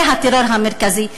זה הטרור המרכזי.